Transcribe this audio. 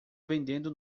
vendendo